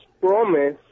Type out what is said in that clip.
promise